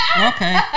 Okay